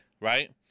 right